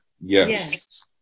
Yes